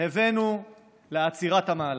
הבאנו לעצירת המהלך.